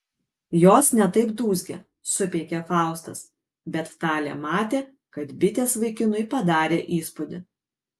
jos ne taip dūzgia supeikė faustas bet talė matė kad bitės vaikinui padarė įspūdį